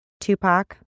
Tupac